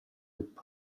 loop